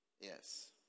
Yes